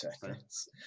seconds